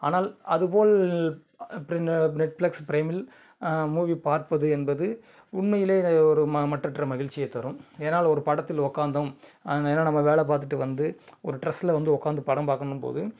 ஆனால் அதுபோல் அப்புறம் இந்த நெட்ஃப்ளக்ஸ் ப்ரேமில் மூவி பார்ப்பது என்பது உண்மையிலே ஒரு ம மற்றட்ட மகிழ்ச்சியை தரும் ஏன்னால் ஒரு படத்தில் உட்காந்தோம் ஏன்னா நம்ம வேலை பார்த்துட்டு வந்து ஒரு ஸ்ட்ரெஸ்ல வந்து உட்காந்து படம் பார்க்கணும்போது